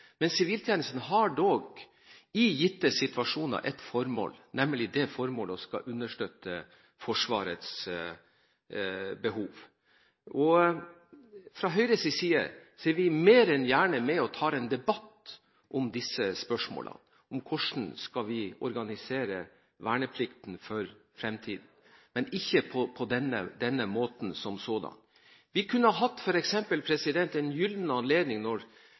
Men siviltjenesten har dog i gitte situasjoner et formål, nemlig det formålet å skulle understøtte Forsvaret ved behov. Fra Høyres side er vi mer enn gjerne med og tar en debatt om disse spørsmålene, og om hvordan vi skal organisere verneplikten for fremtiden, men ikke på denne måten som sådan. Vi kunne f.eks. hatt en gyllen anledning når